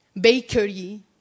bakery